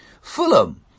Fulham